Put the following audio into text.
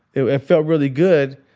it felt really good,